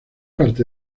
parte